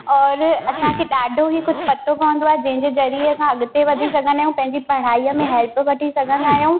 और असांखे ॾाढो ई कुझु पतो पवंदो आहे जंहिंजे ज़रिए असां अॻिते वधी सघनि ऐं पंहिंजी पढ़ाईअ में हैल्प वठी सघंदा आहियूं